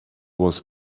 was